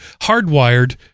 hardwired